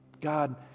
God